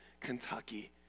Kentucky